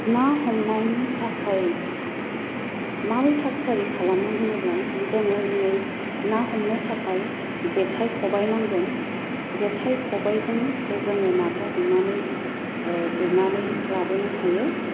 ना हमनायनि थाखाय माबोरै थाग थियारि खालामो होनोब्ला जोङो दिनै ना हमनो थाखाय जेखाय ख'बाय नांगोन जेखाय ख'बायजोंसो जोङो नाखौ हमनानै गुरनानै लाबोनो हायो